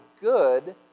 good